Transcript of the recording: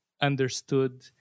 understood